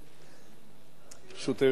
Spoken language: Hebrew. ברשות היושב-ראש,